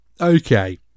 okay